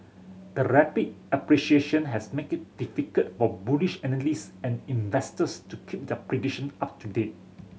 the rapid appreciation has make it difficult for bullish analysts and investors to keep the prediction up to date